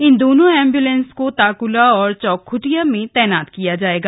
इन दोनों एंबुलेंसों को ताकुला और चौखुटिया में तैनात किया जायेगा